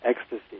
ecstasy